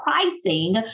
pricing